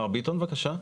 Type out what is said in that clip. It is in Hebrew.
מר ביטון, בבקשה?